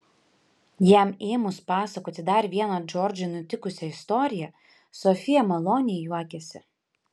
jam ėmus pasakoti dar vieną džordžui nutikusią istoriją sofija maloniai juokėsi